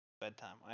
Bedtime